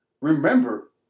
Remember